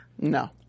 No